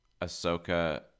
ahsoka